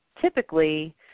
typically